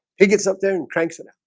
he gets up there and cranks it